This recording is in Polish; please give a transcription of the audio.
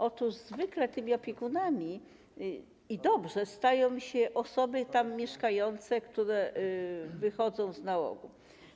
Otóż zwykle tymi opiekunami - i dobrze - stają się osoby tam mieszkające, które wychodzą z nałogu.